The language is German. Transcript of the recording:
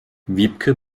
wiebke